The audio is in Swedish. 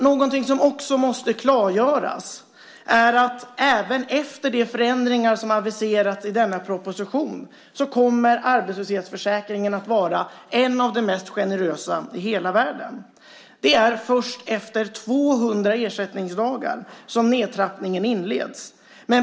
Något som också måste klargöras är att även efter de förändringar som aviseras i propositionen kommer den svenska arbetslöshetsförsäkringen att vara en av de mest generösa i hela världen. Det är först efter 200 ersättningsdagar som nedtrappningen inleds.